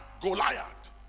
Goliath